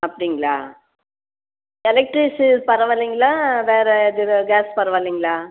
அப்படிங்களா எலக்ட்ரிஸு பரவாயில்லிங்களா வேற எதில் கேஸ் பரவாயில்லிங்களா